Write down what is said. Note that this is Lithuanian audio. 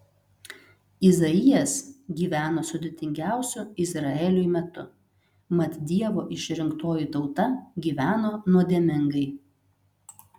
izaijas gyveno sudėtingiausiu izraeliui metu mat dievo išrinktoji tauta gyveno nuodėmingai